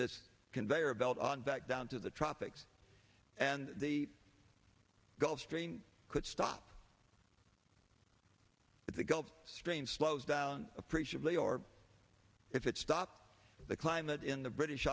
this conveyor belt on back down to the tropics and the gulf stream could stop but the gulf stream slows down appreciably or if it stopped the climate in the british